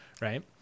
Right